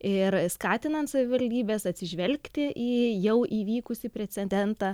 ir skatinant savivaldybes atsižvelgti į jau įvykusį precedentą